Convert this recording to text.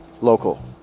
local